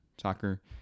soccer